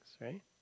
right